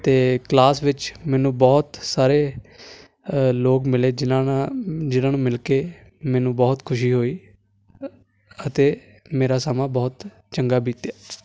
ਅਤੇ ਕਲਾਸ ਵਿੱਚ ਮੈਨੂੰ ਬਹੁਤ ਸਾਰੇ ਲੋਕ ਮਿਲੇ ਜਿਨ੍ਹਾਂ ਨਾਲ ਜਿਨ੍ਹਾਂ ਨੂੰ ਮਿਲ ਕੇ ਮੈਨੂੰ ਬਹੁਤ ਖੁਸ਼ੀ ਹੋਈ ਅਤੇ ਮੇਰਾ ਸਮਾਂ ਬਹੁਤ ਚੰਗਾ ਬੀਤਿਆ